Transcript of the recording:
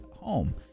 home